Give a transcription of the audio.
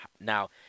Now